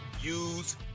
use